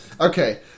Okay